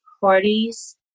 parties